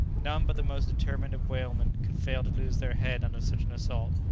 none but the most determined of whalemen could fail to lose their head under such an assault.